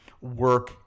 work